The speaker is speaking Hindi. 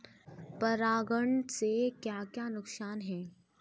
परागण से क्या क्या नुकसान हैं?